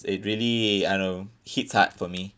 it really I don't know hits hard for me